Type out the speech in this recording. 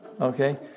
okay